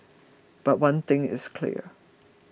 but one thing is clear